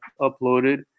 uploaded